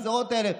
הגזרות האלה,